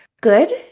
good